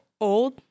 old